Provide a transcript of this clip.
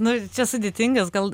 nu čia sudėtingas gal